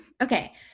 okay